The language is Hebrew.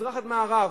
ממזרח עד מערב,